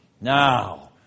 Now